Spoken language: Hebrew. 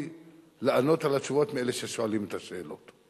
לענות את התשובות מאלו ששואלים את השאלות.